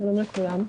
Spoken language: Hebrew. שלום לכולם.